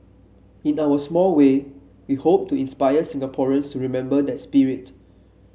in our small way we hope to inspire Singaporeans to remember that spirit